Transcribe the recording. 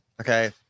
Okay